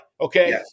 Okay